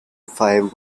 five